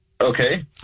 Okay